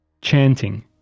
chanting